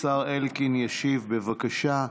השר אלקין ישיב, בבקשה.